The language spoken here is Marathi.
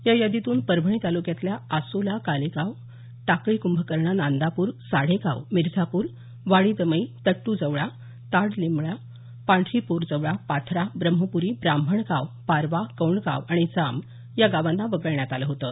या यादीतून परभणी तालुक्यातल्या आसोला कारेगाव टाकळी कुंभकर्ण नांदापूर साडेगाव मिर्झापूर वाडी दमई तट्ट जवळा ताड लिंबला पांढरी पोरजवळा पाथरा ब्रह्मपुरी ब्राह्मणगाव पारवा कौडगाव आणि जांब या गावांना वगळण्यात आलं होतं